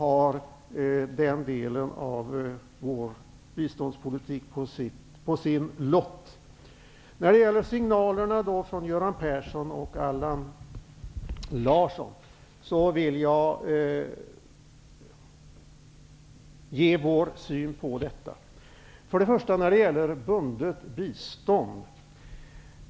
Hon har den delen av vår biståndspolitik på sin lott. Vidare har vi signalerna från Göran Persson och Allan Larsson. Jag vill ge vår syn på detta. Först och främst har vi frågan om bundet bistånd.